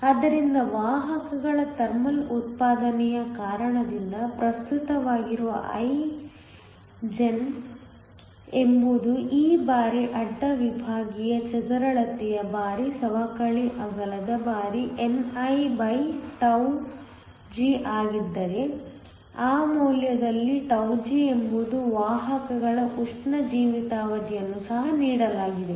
ಆದ್ದರಿಂದ ವಾಹಕಗಳ ಥರ್ಮಲ್ ಉತ್ಪಾದನೆಯ ಕಾರಣದಿಂದ ಪ್ರಸ್ತುತವಾಗಿರುವ I gen ಎಂಬುದು e ಬಾರಿ ಅಡ್ಡ ವಿಭಾಗೀಯ ಚದರಳತೆಯ ಬಾರಿ ಸವಕಳಿ ಅಗಲದ ಬಾರಿ nig ಆಗಿದ್ದರೆ ಆ ಮೌಲ್ಯದಲ್ಲಿ g ಎಂಬುದು ವಾಹಕಗಳ ಉಷ್ಣ ಜೀವಿತಾವಧಿಯನ್ನು ಸಹ ನೀಡಲಾಗಿದೆ